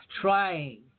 trying